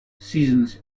seasons